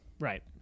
Right